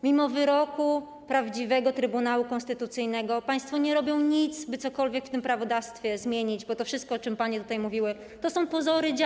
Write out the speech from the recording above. Mimo wyroku prawdziwego Trybunału Konstytucyjnego państwo nie robią nic, by cokolwiek w tym prawodawstwie zmienić, bo to wszystko, o czym panie tutaj mówiły, to są pozory działań.